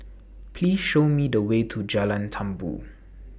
Please Show Me The Way to Jalan Tambur